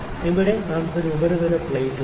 ഇവിടെ നമുക്ക് ഒരു ഉപരിതല പ്ലേറ്റ് ഉണ്ട്